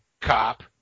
cop